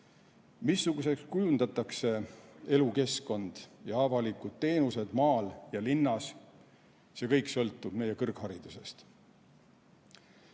Missuguseks kujundatakse elukeskkond ja avalikud teenused maal ja linnas, see kõik sõltub meie kõrgharidusest.